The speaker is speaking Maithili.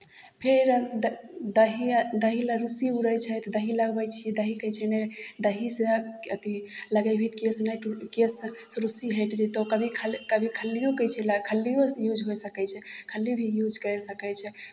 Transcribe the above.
फेर द् दही आ दही ल् रूसी उड़ै छै तऽ दही लगबै छियै दही कहै छै नहि दहीसँ अथी लगयबही तऽ केश नहि टूट केशसँ रूसी हटि जयतहु कभी खल् कभी खल्लिओ कहै छै लै खल्लिओसँ यूज होइ सकै छै खल्ली भी यूज करि सकै छै फेर